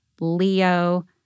Leo